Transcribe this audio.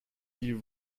die